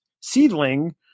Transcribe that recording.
Seedling